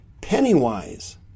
Pennywise